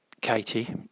Katie